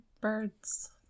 birds